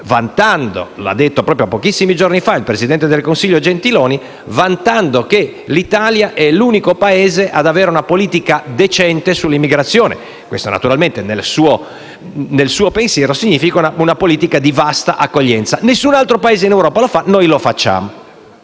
fatto, come detto pochissimi giorni fa dal presidente del Consiglio Gentiloni Silveri, che l'Italia è l'unico Paese ad avere una politica decente sull'immigrazione. Ciò nel suo pensiero significa una politica di vasta accoglienza. Nessun altro Paese in Europa lo fa, noi lo facciamo.